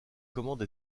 commande